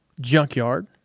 junkyard